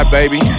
baby